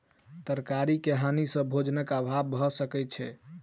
तरकारी के हानि सॅ भोजनक अभाव भअ सकै छै